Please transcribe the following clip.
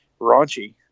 raunchy